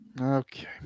okay